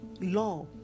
law